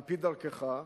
על-פי דרכך,